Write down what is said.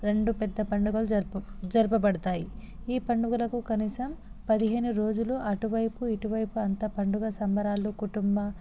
రెండు పెద్ద పండుగలు జరుపు జరపబడతాయి ఈ పండుగలకు కనీసం పదిహేను రోజులు అటువైపు ఇటువైపు అంతా పండుగ సంబరాలు కుటుంబ